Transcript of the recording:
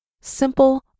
simple